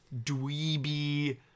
dweeby